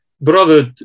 brother